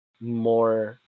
more